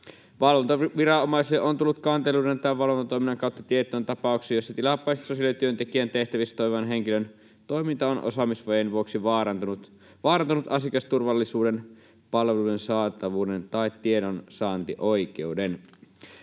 Valvontaviranomaisille on tullut kanteluiden tai valvontatoiminnan kautta tietoon tapauksia, joissa tilapäisesti sosiaalityöntekijän tehtävissä toimivan henkilön toiminta on osaamisvajeen vuoksi vaarantanut asiakasturvallisuuden, palveluiden saatavuuden tai tiedonsaantioikeuden.